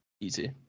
easy